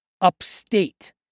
upstate